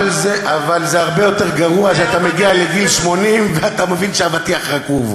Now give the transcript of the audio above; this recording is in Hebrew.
אבל הרבה יותר גרוע שכשאתה מגיע לגיל 80 אתה מבין שהאבטיח רקוב.